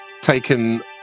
taken